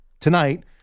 Tonight